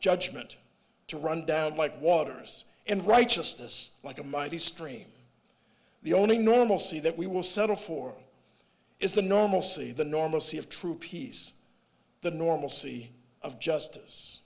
judgment to run down like waters and righteousness like a mighty stream the only normalcy that we will settle for is the normalcy the normalcy of true peace the normalcy of justice